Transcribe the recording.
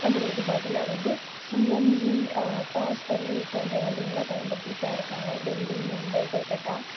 வண்டிகளுக்கு பதிலாக வந்து CNG gas வண்டி போன்ற வண்டியெல்லாம் பயன்படுத்திகிட்டுதான் இருக்காங்க டெல்லி மும்பை கொல்கட்டா